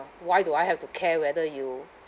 why do I have to care whether you